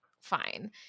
fine